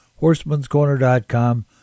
HorsemansCorner.com